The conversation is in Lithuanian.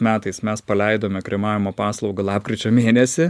metais mes paleidome kremavimo paslaugą lapkričio mėnesį